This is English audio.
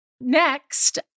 Next